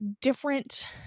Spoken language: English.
different